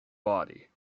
body